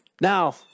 Now